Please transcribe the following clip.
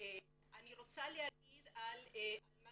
אני רוצה להגיד על מה